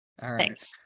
Thanks